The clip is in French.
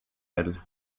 elle